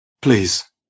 Please